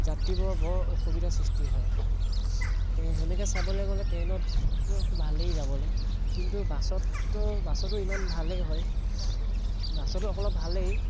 যাত্ৰীবোৰৰ বৰ অসুবিধাৰ সৃষ্টি হয় তেনেকৈ চাবলৈ গ'লে ট্ৰেইনত তো ভালেই যাবলৈ কিন্তু বাছততো বাছতো ইমান ভালেই হয় বাছতো অলপ ভালেই